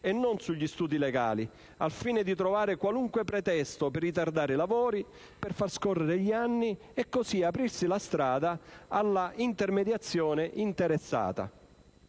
e non sugli studi legali, al fine di trovare qualunque pretesto per ritardare i lavori, per far scorrere gli anni e così aprirsi la strada all'intermediazione interessata.